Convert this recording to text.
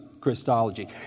Christology